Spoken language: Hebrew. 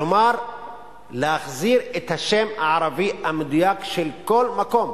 כלומר להחזיר את השם הערבי המדויק של כל מקום.